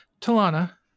Talana